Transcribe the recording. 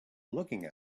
looking